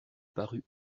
parut